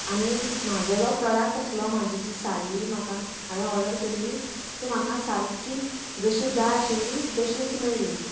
आनी म्हाजो जो प्रोडक्ट आसलो म्हाजी जी साडी म्हाका हांवें ऑर्डर केल्ली ती म्हाका सारकी जशी जाय आशिल्ली तशीच मेळ्ळी